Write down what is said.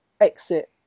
exit